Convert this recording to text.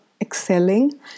excelling